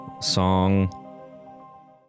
song